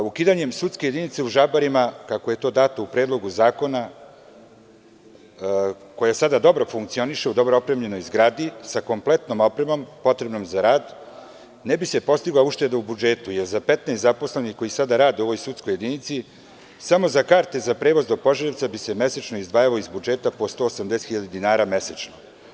Ukidanjem sudske jedinice u Žabarima, kako je to dato u Predlogu zakona, koje sada dobro funkcioniše, u dobro opremljenoj zgradi, sa kompletnom opremom potrebnom za rad, ne bi se postigla ušteda u budžetu, jer za 15 zaposlenih koji sada rade u ovoj sudskoj jedinici, samo za karte za prevoz do Požarevca bi se mesečno izdvajalo iz budžeta po 180.000 dinara mesečno.